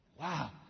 Wow